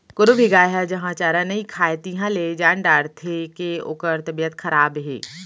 कोनो भी गाय ह जहॉं चारा नइ खाए तिहॉं ले जान डारथें के ओकर तबियत खराब हे